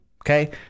Okay